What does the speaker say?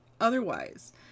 otherwise